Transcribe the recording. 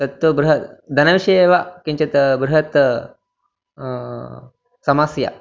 तत्तु बृहत् धनविषयेव किञ्चित् बृहती समस्या